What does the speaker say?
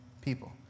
people